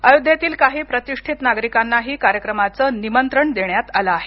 अयोध्येतील काही प्रतिष्ठित नागरिकांनाही कार्यक्रमाचं निमंत्रण देण्यात आलं आहे